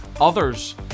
others